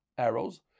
Arrows